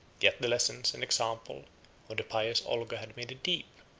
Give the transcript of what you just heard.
yet the lessons and example of the pious olga had made a deep,